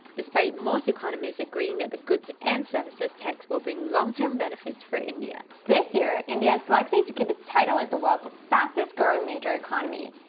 despite most economists agreeing that the goods and services tax will bring long-term benefits for india. this year, india is likely to keep its title as the world's fastest growing major economy.